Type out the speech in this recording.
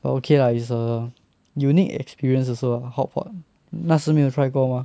but okay lah is a unique experience also hotpot 那时没有 try 过 mah